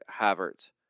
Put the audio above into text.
Havertz